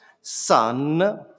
sun